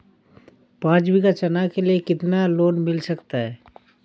पाँच बीघा चना के लिए कितना लोन मिल सकता है?